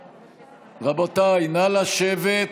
רבותיי, נא לשבת.